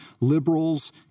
liberals